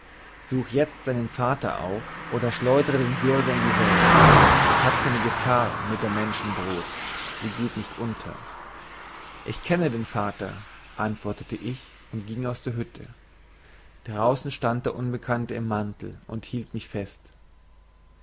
such jezt seinen vater auf oder schleudre den bürger in die welt es hat keine gefahr mit der menschenbrut sie geht nicht unter ich kenne den vater antwortete ich und ging aus der hütte draußen stand der unbekannte im mantel und hielt mich fest